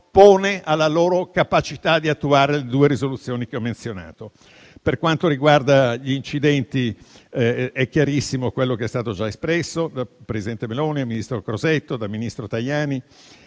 pone alla loro capacità di attuare le due risoluzioni che ho menzionato. Per quanto riguarda gli incidenti, è chiarissimo quello che è stato già espresso dal presidente Meloni, dal ministro Crosetto e dal ministro Tajani.